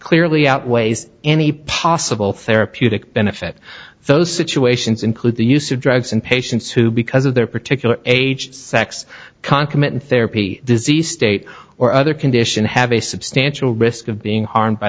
clearly outweighs any possible therapeutic benefit those situations include the use of drugs and patients who because of their particular age sex concomitant therapy disease state or other condition have a substantial risk of being harmed by